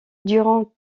durant